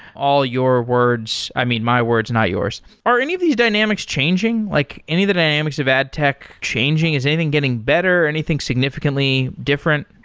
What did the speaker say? all your words. i mean, my words, not yours. are any of these dynamics changing? like any of the dynamics of ad tech changing? is anything getting better? anything significantly different?